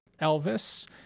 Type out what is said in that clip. Elvis